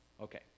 Okay